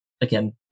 Again